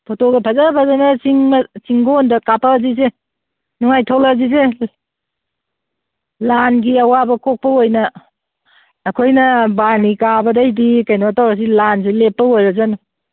ꯐꯣꯇꯣꯒ ꯐꯖ ꯐꯖꯅ ꯆꯤꯡꯒꯣꯟꯗ ꯀꯥꯞꯄꯛꯑꯁꯤꯁꯦ ꯅꯨꯡꯉꯥꯏꯊꯣꯛꯂꯛꯑꯁꯤꯁꯦ ꯂꯥꯟꯒꯤ ꯑꯋꯥꯕ ꯀꯣꯛꯄ ꯑꯣꯏꯅ ꯑꯩꯈꯣꯏꯅ ꯕꯥꯔꯨꯅꯤ ꯀꯥꯕꯗꯩꯗꯤ ꯀꯩꯅꯣ ꯇꯧꯔꯁꯤ ꯂꯥꯟꯁꯨ ꯂꯦꯞꯄ ꯑꯣꯏꯔꯁꯅꯨ